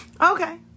Okay